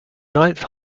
ninth